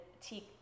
Tea